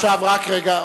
עכשיו, רק רגע.